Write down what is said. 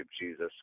Jesus